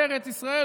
בארץ ישראל,